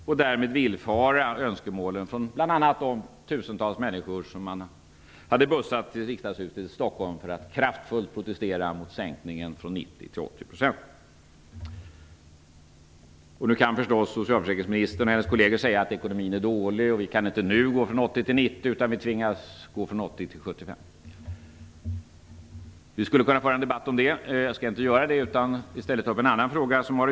Därmed skulle man villfara önskemålen från bl.a. de tusentals människor som man hade bussat till Riksdagshuset i Stockholm för att de kraftfullt skulle protestera mot sänkningen från 90 % till 80 %. Socialförsäkringsministern och hennes kolleger kan förstås säga att ekonomin nu är så dålig att vi inte kan gå från 80 % till 90 %, utan vi tvingas nu gå från Jag skall inte föra någon debatt om detta, utan jag skall i stället ta upp en annan fråga.